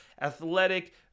Athletic